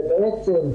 ובעצם,